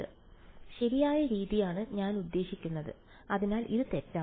അതിനാൽ ശരിയായ രീതിയാണ് ഞാൻ ഉദ്ദേശിക്കുന്നത് അതിനാൽ ഇത് തെറ്റാണ്